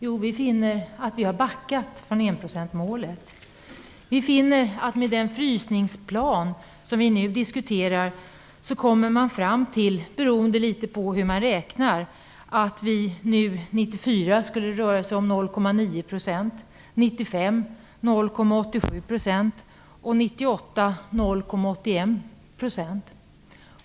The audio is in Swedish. Jo, att vi har backat från enprocentsmålet. Vi finner att man med den frysningsplan som vi nu diskuterar kommer fram till - litet beroende på hur man räknar - att det 1994 skulle röra sig om 0,9 %, 1995 om 0,87 % och 1998 om 0,81 %.